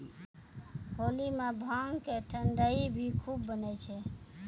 होली मॅ भांग के ठंडई भी खूब बनै छै